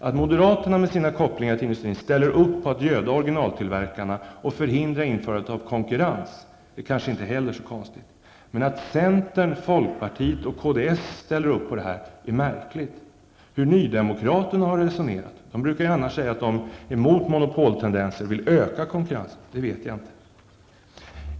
Att moderaterna med sina kopplingar till industrin ställer upp på att göda originaltillverkarna och förhindra införandet av konkurrens är kanske heller inte så konstigt. Men att centern, folkpartiet och kds ställer upp på detta är märkligt. Hur nydemokraterna har resonerat -- de brukar ju annars säga att de är emot monopoltendenser och vill öka konkurrensen -- vet jag inte.